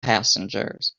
passengers